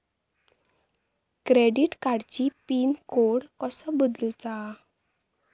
Credit कार्डची pin code कसो बदलुचा?